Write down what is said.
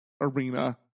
arena